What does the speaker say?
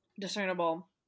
discernible